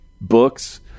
books